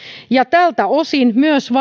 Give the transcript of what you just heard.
tältä osin myös valiokunta yhtyy